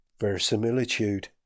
verisimilitude